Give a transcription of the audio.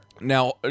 Now